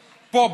פה,